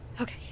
Okay